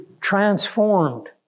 transformed